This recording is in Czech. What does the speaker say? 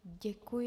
Děkuji.